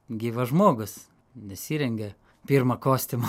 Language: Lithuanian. gyvas žmogus nesirengia pirma kostiumo